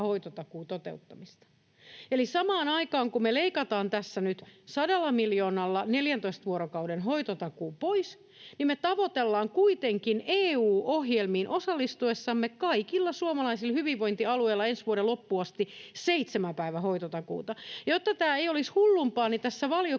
hoitotakuun toteuttamista. Eli samaan aikaan, kun me leikataan tässä nyt 100 miljoonalla 14 vuorokauden hoitotakuu pois, me tavoitellaan kuitenkin EU-ohjelmiin osallistuessamme kaikilla suomalaisilla hyvinvointialueilla ensi vuoden loppuun asti seitsemän päivän hoitotakuuta. Jotta tämä olisi hullumpaa, niin tässä valiokunnan